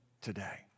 today